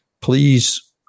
Please